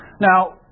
now